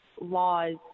laws